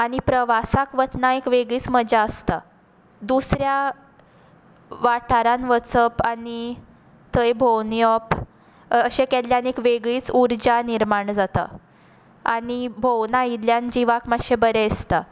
आनी प्रवासाक वतना एक वेगळीच मजा आसता दुसऱ्या वाठारांत वचप आनी थंय भोंवून येवप अशें केल्ल्यान एक वेगळीच उर्जा निर्माण जाता आनी भोंवून आयिल्ल्यान जिवाक मातशें बरें दिसता